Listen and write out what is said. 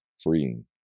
Freeing